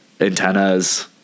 antennas